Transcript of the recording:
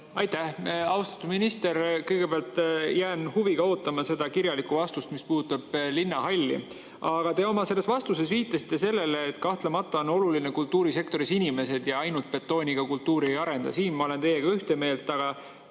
Aitäh! Austatud minister! Kõigepealt, jään huviga ootama seda kirjalikku vastust, mis puudutab linnahalli. Aga te oma vastuses viitasite sellele, et kahtlemata on kultuurisektoris olulised inimesed ja ainult betooniga kultuuri ei arenda. Siin ma olen teiega ühte meelt. Aga